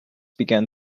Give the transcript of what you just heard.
began